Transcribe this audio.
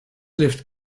left